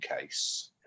case